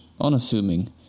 unassuming